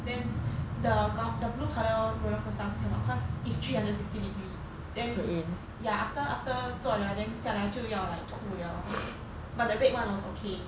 then the got the blue colour roller coasters I cannot cause it's three hundred sixty degree then ya after after 坐了 then 下来就要 like 吐了 but the red one was okay